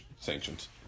Sanctions